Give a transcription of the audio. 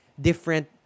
different